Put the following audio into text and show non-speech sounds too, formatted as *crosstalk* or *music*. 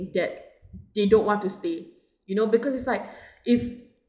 that they don't want to stay *breath* you know because it's like *breath* if